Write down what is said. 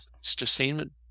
sustainment